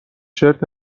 شرت